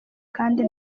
kandi